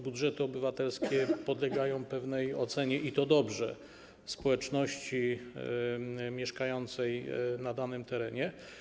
Budżety obywatelskie podlegają pewnej ocenie, i dobrze, społeczności mieszkającej na danym terenie.